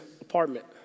apartment